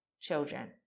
children